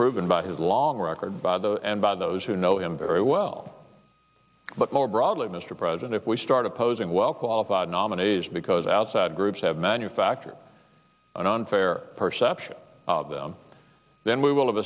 disproven by his long record by the end by those who know him very well but more broadly mr president if we start opposing well qualified nominees because outside groups have manufactured and on fair perception of them then we will have